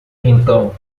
então